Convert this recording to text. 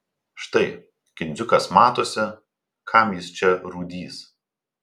štai kindziukas matosi kam jis čia rūdys